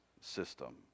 system